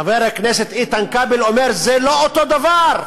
חבר הכנסת איתן כבל אומר: זה לא אותו דבר,